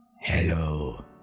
Hello